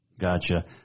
Gotcha